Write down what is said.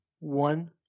one